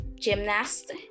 gymnast